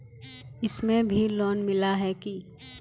इसमें भी लोन मिला है की